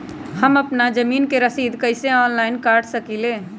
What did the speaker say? हम अपना जमीन के रसीद कईसे ऑनलाइन कटा सकिले?